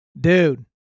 Dude